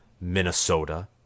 Minnesota